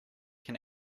can